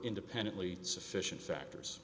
independently sufficient factors